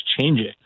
changing